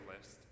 list